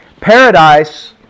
Paradise